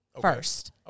first